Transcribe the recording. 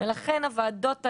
לכן הוועדות האלה,